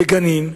בגנים,